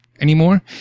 anymore